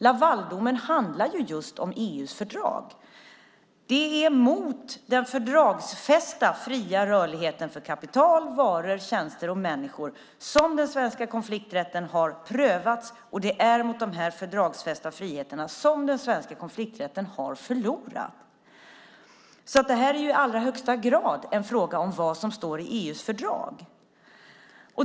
Lavaldomen handlar just om EU:s fördrag. Det är mot den fördragsfästa fria rörligheten för kapital, varor, tjänster och människor som den svenska konflikträtten har prövats, och det är mot de här fördragsfästa friheterna som den svenska konflikträtten har förlorat. Detta är i allra högsta grad en fråga om vad som står i EU:s fördrag.